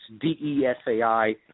D-E-S-A-I